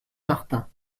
martin